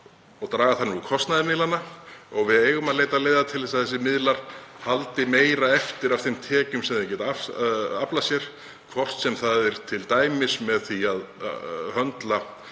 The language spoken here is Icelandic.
og draga þannig úr kostnaði miðlanna. Og við eigum að leita leiða til þess að þessir miðlar haldi meiru eftir af þeim tekjum sem þeir geta aflað sér, hvort sem það er t.d. með því að höndla